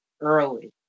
early